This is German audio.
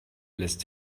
lässt